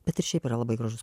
bet ir šiaip yra labai gražus